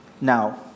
Now